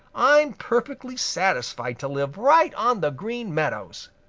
i'm perfectly satisfied to live right on the green meadows.